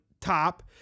top